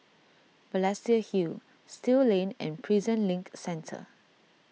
Balestier Hill Still Lane and Prison Link Centre